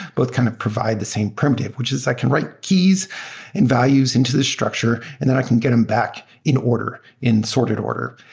both kind of provide the same primitive, which is that can write keys and values into the structure and then i can get them back in order, in sorted order.